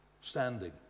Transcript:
standing